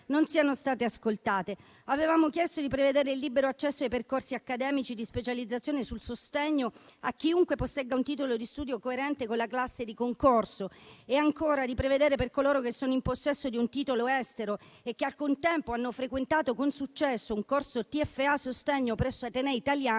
non siano state ascoltate. Avevamo chiesto di prevedere il libero accesso ai percorsi accademici di specializzazione sul sostegno a chiunque possegga un titolo di studio coerente con la classe di concorso e ancora di prevedere, per coloro che sono in possesso di un titolo estero e che al contempo hanno frequentato con successo un corso TFA sostegno presso atenei italiani,